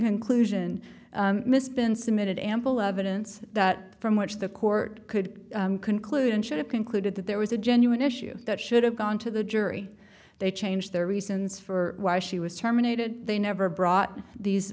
conclusion miss been submitted ample evidence that from which the court could conclude and should have concluded that there was a genuine issue that should have gone to the jury they changed their reasons for why she was terminated they never brought these